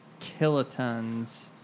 kilotons